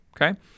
Okay